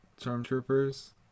stormtroopers